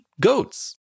goats